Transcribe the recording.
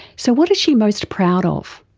so what is she most proud of?